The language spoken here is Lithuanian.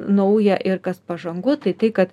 nauja ir kas pažangu tai tai kad